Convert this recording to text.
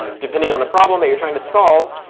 um depending on the problem that you're trying to solve,